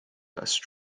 best